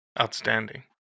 Outstanding